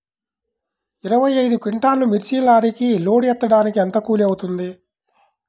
ఇరవై ఐదు క్వింటాల్లు మిర్చి లారీకి లోడ్ ఎత్తడానికి ఎంత కూలి అవుతుంది?